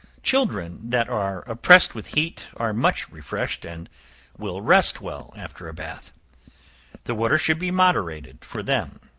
children that are oppressed with heat are much refreshed, and will rest well after a bath the water should be moderated for them.